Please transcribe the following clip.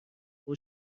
جواب